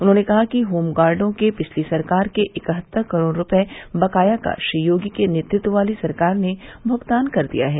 उन्होंने कहा कि होमगार्डो के पिछली सरकार के इकहत्तर करोड़ रूपये बकाया का श्री योगी के नेतृत्व वाली सरकार ने भुगतान कर दिया है